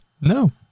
no